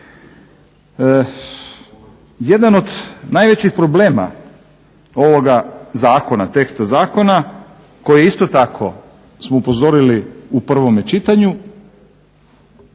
Jedan od najvećih problema ovoga zakona teksta zakona koji isto tako smo upozorili u prvome čitanju